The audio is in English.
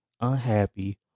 unhappy